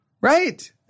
Right